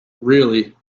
really